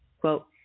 Quote